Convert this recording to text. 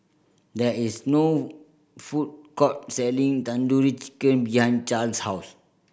there is no food court selling Tandoori Chicken behind Charls' house